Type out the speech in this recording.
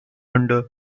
under